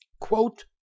Quote